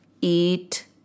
Eat